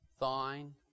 Thine